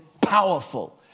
powerful